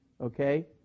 okay